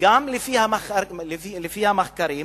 לפי המחקרים